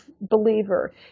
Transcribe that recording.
believer